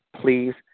please